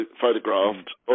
photographed